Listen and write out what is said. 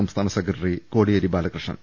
സംസ്ഥാന സെക്രട്ടറി കോടിയേരി ബാലകൃഷ്ണൻ